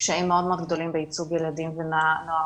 קשיים מאוד מאוד גדולים בייצוג ילדים ונוער